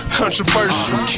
controversial